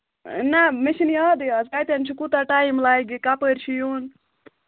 نہ مےٚ چھُنہٕ یادَے اَز کتیٚن کوٗتاہ ٹایم لَگہِ کَپٲرۍ چھُ یُن